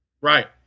Right